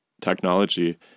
technology